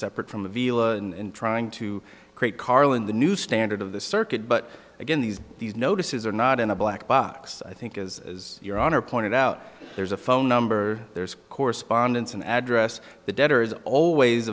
separate from the deal and trying to create karlin the new standard of the circuit but again these these notices are not in a black box i think as your honor pointed out there's a phone number there's correspondence and address the debtor is always